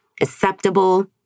acceptable